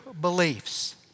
beliefs